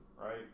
right